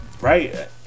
right